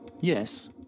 Yes